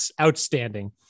outstanding